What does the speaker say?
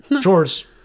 Chores